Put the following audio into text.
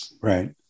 Right